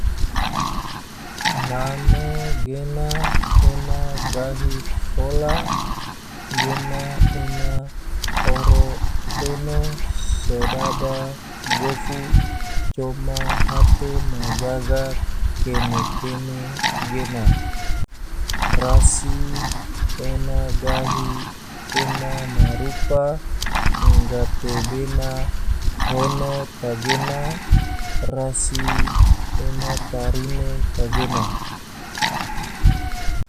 Namo gena ena gahi fola gena ena oro eno sedaba gofu coma hate ma jaga kene-kene gena, rasi ena gahi ena ma rupa gatebena hono tagena rasi ena tarine kagena.